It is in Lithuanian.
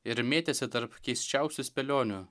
ir mėtėsi tarp keisčiausių spėlionių